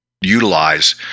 utilize